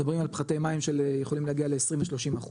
מדברים על פחתי מים שיכולים להגיע ל-20% ו-30%.